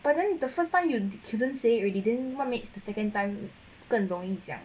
but then the first time you couldn't say already then what makes the second time 更容易讲